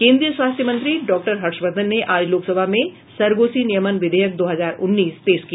केन्द्रीय स्वास्थ्य मंत्री डॉक्टर हर्षवर्धन ने आज लोकसभा में सरोगेसी नियमन विधेयक दो हजार उन्नीस पेश किया